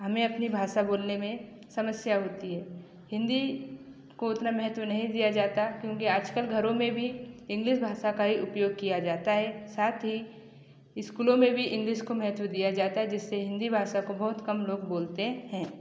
हमें अपनी भाषा बोलने में समस्या होती है हिन्दी को उतना महत्व नहीं दिया जाता क्योंकि आजकल घरों में भी इंग्लिश भाषा का ही उपयोग किया जाता है साथ ही स्कूलों में भी इंगलिश महत्व दिया जाता है जिससे हिन्दी भाषा को बहुत कम लोग बोलते हैं